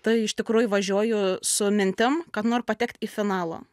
tai iš tikrųjų važiuoju su mintim kad noriu patekt į finalą